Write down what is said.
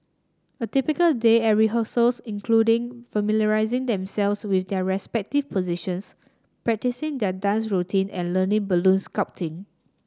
a typical day at rehearsals including familiarising themselves with their respective positions practising their dance routine and learning balloon sculpting